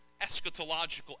eschatological